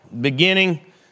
beginning